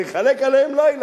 "ויחלק עליהם לילה".